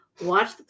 watch